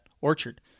orchard